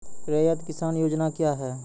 रैयत किसान योजना क्या हैं?